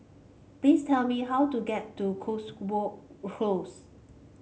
please tell me how to get to Cotswold Close